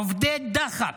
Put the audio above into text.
עובדי דחק.